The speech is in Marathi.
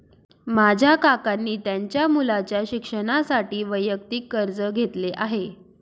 माझ्या काकांनी त्यांच्या मुलाच्या शिक्षणासाठी वैयक्तिक कर्ज घेतले आहे